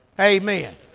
Amen